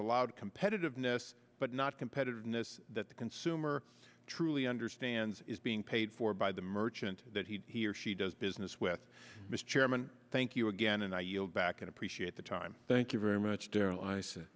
allowed competitiveness but not competitiveness that the consumer truly understands is being paid for by the merchant that he or she does business with mr chairman thank you again and i yield back and appreciate the time thank you very much daryl i sa